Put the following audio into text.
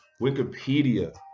Wikipedia